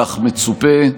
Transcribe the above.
כך מצופה.